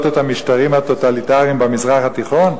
את המשטרים הטוטליטריים במזרח התיכון.